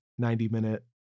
90-minute